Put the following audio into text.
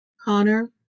Connor